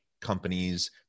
companies